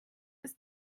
ist